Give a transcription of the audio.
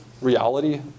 reality